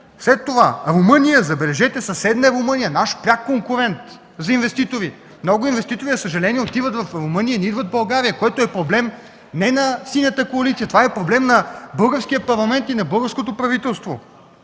– 35 714 евро. Забележете, съседна Румъния – наш пряк конкурент за инвеститори, много инвеститори, за съжаление, отиват в Румъния, не идват в България, което е проблем не на Синята коалиция, а на Българския парламент и на българското правителство,